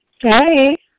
Hey